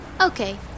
Okay